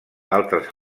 altres